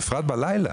בפרט בלילה,